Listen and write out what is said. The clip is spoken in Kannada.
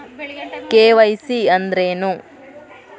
ಕೆ.ವೈ.ಸಿ ಅಂದ್ರೇನು?